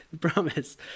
promise